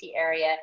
area